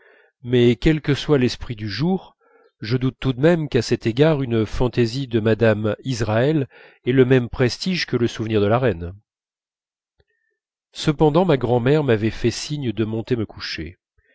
mais quel que soit l'esprit du jour je doute tout de même qu'à cet égard une fantaisie de mme israël ait le même prestige que le souvenir de la reine cependant ma grand'mère m'avait fait signe de monter me coucher